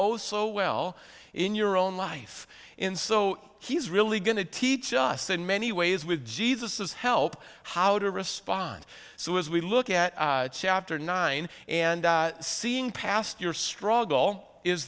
oh so well in your own life in so he's really going to teach us in many ways with jesus is help how to respond so as we look at chapter nine and seeing past your struggle is